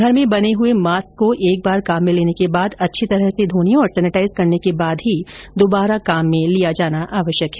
घर में बने हुए मास्क को एक बार काम में लेने के बाद अच्छी तरह से धोने और सैनेटाइज करने के बाद ही काम में लिया जाना आवश्यक है